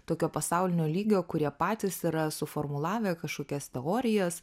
tokio pasaulinio lygio kurie patys yra suformulavę kažkokias teorijas